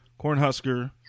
Cornhusker